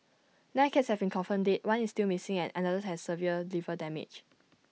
nine cats have been confirmed dead one is still missing and another has severe liver damage